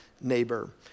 Neighbor